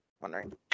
wondering